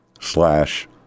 slash